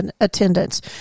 attendance